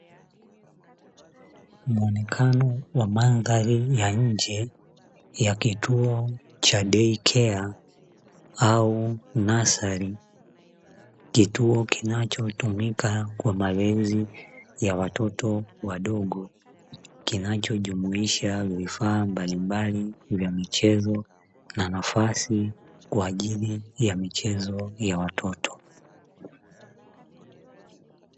Muonekano wa mandhari ya nje ya kituo cha "day care" au "nursery". Kituo kinachotumika kwa malezi ya watoto wadogo, kinachojumuisha vifaa mbalimbali vya michezo na nafasi kwajili ya michezo ya watoto.